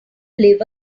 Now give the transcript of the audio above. live